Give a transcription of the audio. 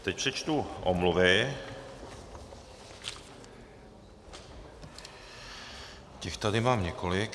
Teď přečtu omluvy, těch tady mám několik.